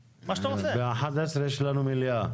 ב-11:00 יש לנו מליאה.